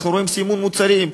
אנחנו רואים סימון מוצרים,